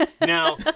Now